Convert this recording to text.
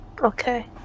Okay